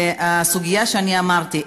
הסוגיה שאמרתי,